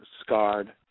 scarred